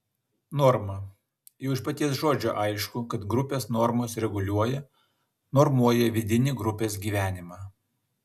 norma jau iš paties žodžio aišku kad grupės normos reguliuoja normuoja vidinį grupės gyvenimą